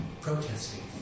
protesting